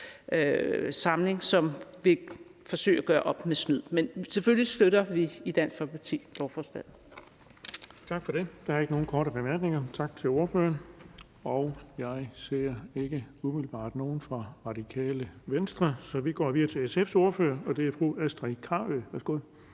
samling, som vil forsøge at gøre op med snyd. Men selvfølgelig støtter vi i Dansk Folkeparti lovforslaget. Kl. 17:44 Den fg. formand (Erling Bonnesen): Der er ikke nogen korte bemærkninger, så tak til ordføreren. Jeg ser ikke umiddelbart nogen fra Det Radikale Venstre, så vi går videre til SF's ordfører, og det er fru Astrid Carøe. Værsgo.